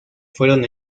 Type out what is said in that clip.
fueron